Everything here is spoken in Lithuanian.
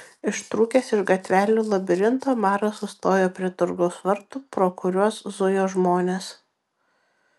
ištrūkęs iš gatvelių labirinto maras sustojo prie turgaus vartų pro kuriuos zujo žmonės